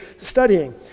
studying